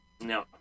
No